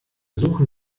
suchen